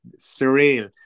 surreal